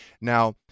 Now